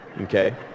Okay